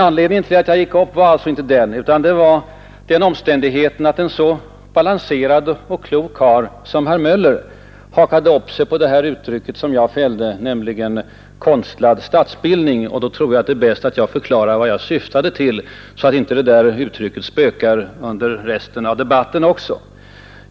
Anledningen till att jag begärde ordet var alltså inte denna, utan den omständigheten, att en så balanserad och klok karl som herr Möller hakade upp sig på uttrycket ”konstlad statsbildning”, som jag fällde. Därför tror jag det är bäst att jag förklarar vad jag syftade till, så att inte det där uttrycket spökar också under resten av debatten.